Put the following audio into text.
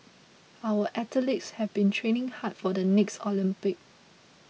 our athletes have been training hard for the next Olympic